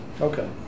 Okay